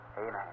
amen